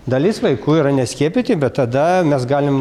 dalis vaikų yra neskiepyti bet tada mes galim